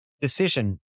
decision